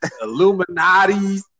Illuminati